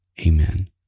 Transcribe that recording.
Amen